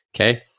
okay